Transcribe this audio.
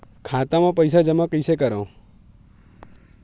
खाता म पईसा जमा कइसे करव?